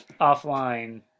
offline